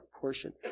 portion